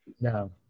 no